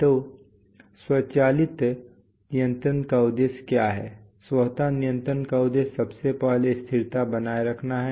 तो स्वचालित नियंत्रण का उद्देश्य क्या है स्वत नियंत्रण का उद्देश्य सबसे पहले स्थिरता बनाए रखना है